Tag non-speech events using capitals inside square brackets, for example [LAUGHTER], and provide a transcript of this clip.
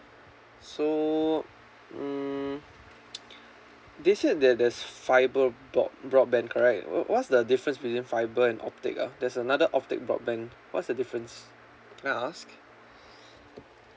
so hmm [NOISE] they said there~ there's fibre broad~ broadband correct w~ what's the difference between fibre and optic ah there's another optic broadband what's the difference can I ask [BREATH]